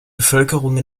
bevölkerung